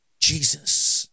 Jesus